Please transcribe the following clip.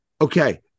okay